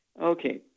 Okay